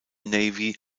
navy